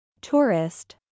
Tourist